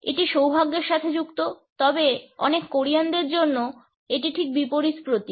এটি সৌভাগ্যের সাথে যুক্ত তবে অনেক কোরিয়ানদের জন্য এটি ঠিক বিপরীত প্রতীক